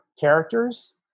characters